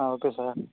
ah okay sir